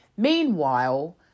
Meanwhile